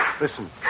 Listen